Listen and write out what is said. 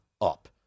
up